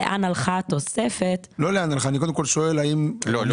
מה ההבדל בין מפעל עסקי